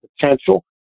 potential